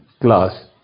class